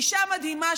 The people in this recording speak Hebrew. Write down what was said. אישה מדהימה,